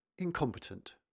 Incompetent